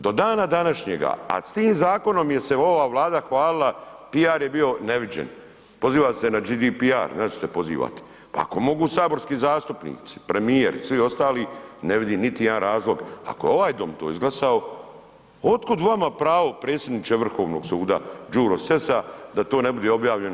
Do dana današnjega, a s tim zakonom je se ova Vlada hvalila PR je bio neviđen, pozivam se na GDPR, ja ću se pozivat, pa ako mogu saborski zastupnici, premijer svi ostali ne vidim niti jedan razlog, ako je ovaj dom to izglasao otkud vama pravo predsjedniče Vrhovnog suda Đura Sessa da to ne bude objavljeno